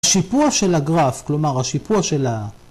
‫השיפוע של הגרף, כלומר, ‫השיפוע של ה...